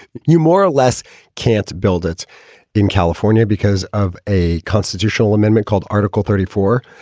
you more or less can't build it in california because of a constitutional amendment called article thirty four,